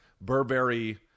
Burberry